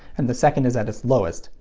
and the second is at its lowest.